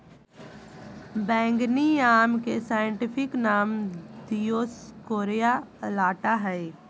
बैंगनी आम के साइंटिफिक नाम दिओस्कोरेआ अलाटा हइ